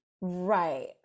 right